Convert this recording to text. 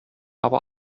aber